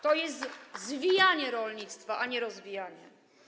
To jest zwijanie rolnictwa, a nie rozwijanie.